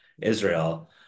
Israel